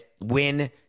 win